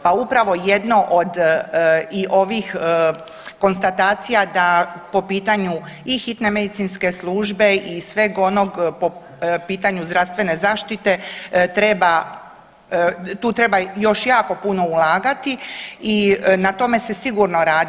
Pa upravo jedno od i ovih konstatacija da po pitanju i hitne medicinske službe i sveg onog po pitanju zdravstvene zaštite, tu treba još jako puno ulagati i na tome se sigurno radi.